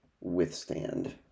withstand